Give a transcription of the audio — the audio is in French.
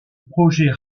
projet